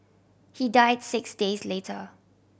he died six days later